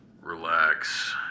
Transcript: Relax